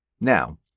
Now